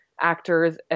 actors